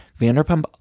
Vanderpump